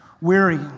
weary